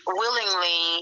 willingly